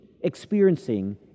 experiencing